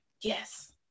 yes